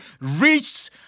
reached